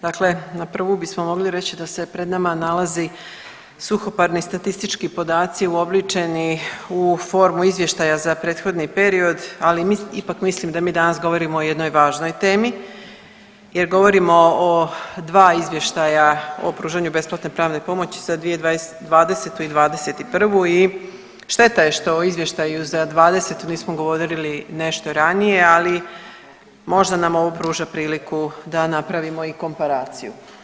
Dakle, na prvu bismo mogli reći da se pred nama nalazi suhoparni statistički podaci uobličeni u formu izvještaja za prethodni period, ali ipak mislim da mi danas govorimo o jednoj važnoj temi jer govorimo o dva izvještaja o pružanju besplatne pravne pomoći za 2020. i '21. i šteta je što u izvještaju za '20. nismo govorili nešto ranije, ali možda nam ovo pruža priliku da napravimo i komparaciju.